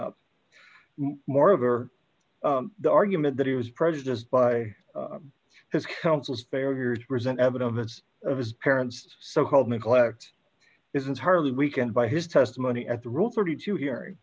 up moreover the argument that he was prejudiced by his counsel's failures present evidence of his parents so called neglect is entirely weakened by his testimony at the rule thirty two